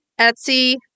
Etsy